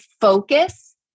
focus